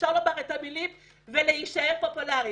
אפשר לומר את המילים ולהישאר פופולריים.